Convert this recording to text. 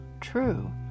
true